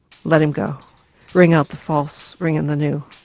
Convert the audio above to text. let him go ring out the false, ring in the new.